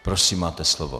Prosím, máte slovo.